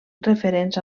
referents